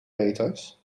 peeters